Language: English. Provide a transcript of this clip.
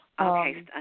Okay